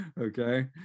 Okay